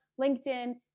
LinkedIn